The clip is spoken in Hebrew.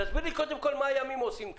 תסבירי קודם כל מה הימים עושים כאן.